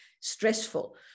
stressful